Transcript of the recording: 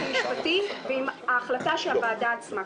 --- חוות דעת של היועץ המשפטי ועם החלטה של הוועדה עצמה.